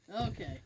Okay